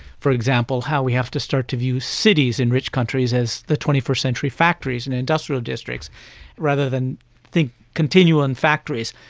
for example, how we have to start to view cities in rich countries as the twenty first century factories and industrial districts rather than continue on factories.